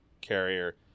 carrier